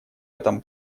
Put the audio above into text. этом